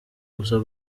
gusa